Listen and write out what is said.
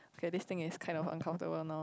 okay this thing is kind of uncomfortable now